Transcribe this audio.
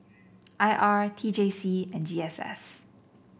I R T J C and G S S